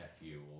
nephew